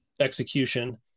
execution